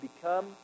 become